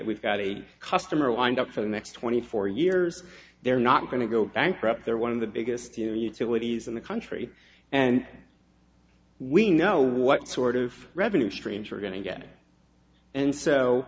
we've got a customer wind up for the next twenty four years they're not going to go bankrupt they're one of the biggest you utilities in the country and we know what sort of revenue streams are going to get and so